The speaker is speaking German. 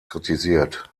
kritisiert